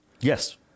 Yes